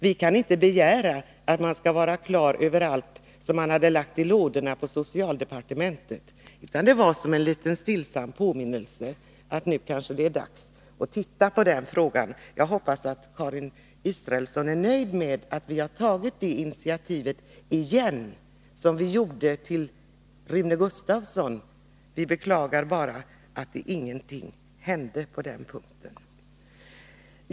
Vi kan inte begära att man skall vara klar när det gäller allt som man hade lagt i lådorna på socialdepartementet, utan det var som en liten stillsam påminnelse om att det nu kanske är dags att titta på den frågan. Jag hoppas att Karin Israelsson är nöjd med att vi har tagit detta initiativ igen som vi hade tagit under Rune Gustavssons tid. Vi beklagar bara att ingenting hände på den punkten.